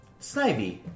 Snivy